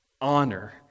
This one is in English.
honor